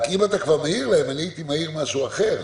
רק אם אתה כבר מעיר להם, אני הייתי מעיר משהו אחר.